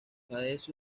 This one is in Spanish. padece